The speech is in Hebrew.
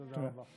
תודה.